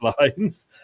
lines